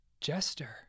jester